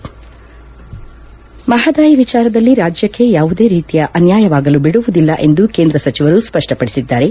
ಹಮೀದ್ ಮಹದಾಯಿ ವಿಚಾರದಲ್ಲಿ ರಾಜ್ಯಕ್ಷೆ ಯಾವುದೇ ರೀತಿಯಲ್ಲಿ ಅನ್ಯಾಯವಾಗಲು ಬಿಡುವುದಿಲ್ಲ ಎಂದು ಕೇಂದ್ರ ಸಚಿವರು ಸ್ಪಷ್ಟಪಡಿಸಿದ್ದಾರೆ